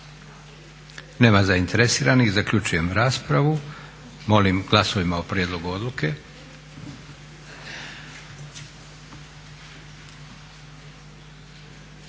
Nema zainteresiranih. Zaključujem raspravu. Molim dajem na glasovanje prijedlog odluke.